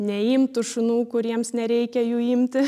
neimtų šunų kuriems nereikia jų imti